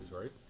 right